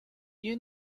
you